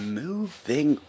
moving